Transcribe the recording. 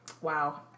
Wow